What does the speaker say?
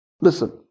Listen